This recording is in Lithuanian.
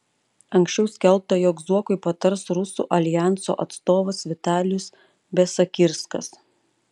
anksčiau skelbta jog zuokui patars rusų aljanso atstovas vitalijus besakirskas